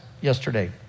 yesterday